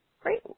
Great